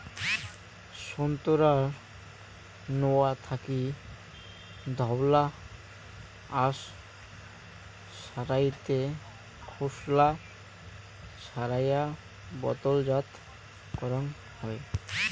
সোন্তোরার নোয়া থাকি ধওলা আশ সারাইতে খোসলা ছারেয়া বোতলজাত করাং হই